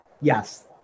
Yes